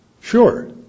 Sure